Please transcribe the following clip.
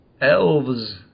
Elves